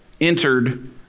entered